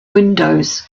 windows